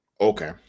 okay